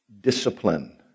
discipline